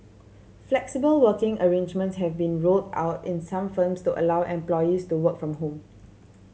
flexible working arrangements have been rolled out in some firms to allow employees to work from home